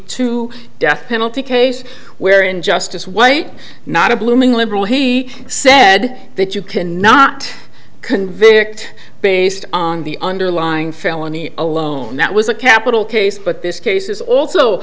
two death penalty case where in justice white not a blooming liberal he said that you cannot convict based on the underlying felony alone that was a capital case but this case is also